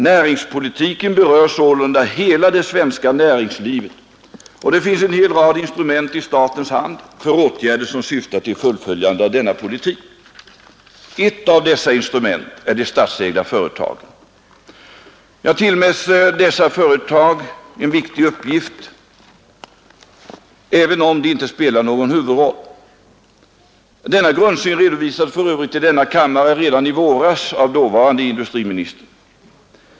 Näringspolitiken berör sålunda hela det svenska näringslivet, och det finns en hel rad instrument i statens hand för åtgärder som syftar till fullföljandet av denna politik. Ett av dessa instrument är de statsägda företagen. Jag tillmäter dessa företag en viktig uppgift, även om de inte spelar någon huvudroll. Denna grundsyn redovisades för övrigt i denna kammare redan i våras av dåvarande industriministern.